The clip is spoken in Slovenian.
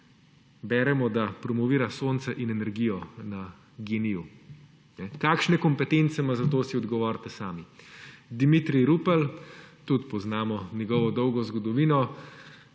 Beremo, da promovira sonce in energijo na Gen-I. Kakšne kompetence ima za to si odgovorite sami. Dimitrij Rupel, tudi poznamo njegovo dolgo zgodovino.